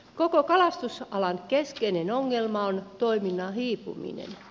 koko kalastusalan keskeinen ongelma on toiminnan hiipuminen